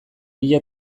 mila